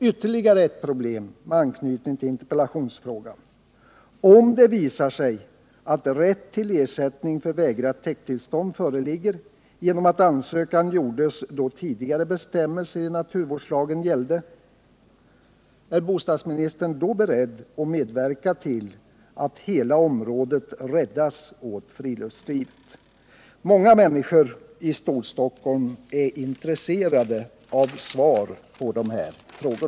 Ytterligare en problemställning med anknytning till interpellationsfrågan: Om det visar sig att rätt till ersättning för vägrat täkttillstånd föreligger genom att ansökan gjordes då tidigare bestämmelse i naturvårdslagen gällde, är bostadsministern då beredd att medverka till att hela området räddas åt friluftslivet? Många människor i Storstockholm är intresserade av svar på dessa frågor.